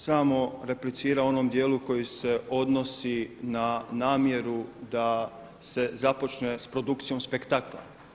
samo replicirao u onom dijelu koji se odnosi na namjeru da se započne s produkcijom spektakla.